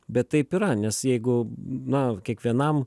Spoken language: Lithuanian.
bet taip yra nes jeigu na kiekvienam